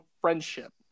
friendship